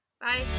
Bye